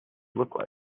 look